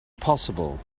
possible